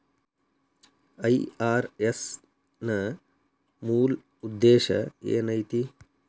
IRS ನ ಮೂಲ್ ಉದ್ದೇಶ ಏನೈತಿ?